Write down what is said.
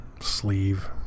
sleeve